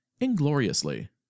ingloriously